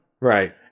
Right